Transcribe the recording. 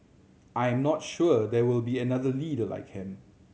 I am not sure there will be another leader like him